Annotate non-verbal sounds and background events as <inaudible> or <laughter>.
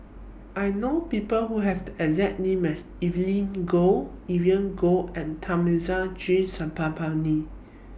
I know People Who Have The exact name as Evelyn Goh Vivien Goh and Thamizhavel G <unintelligible>